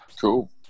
cool